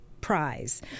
prize